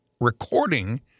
recording